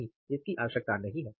नहीं इसकी आवश्यकता नहीं है